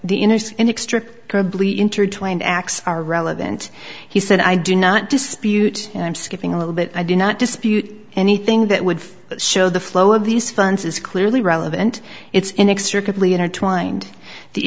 the interest in extra intertwined acts are relevant he said i do not dispute i'm skipping a little bit i do not dispute anything that would show the flow of these funds is clearly relevant it's in extra quickly intertwined the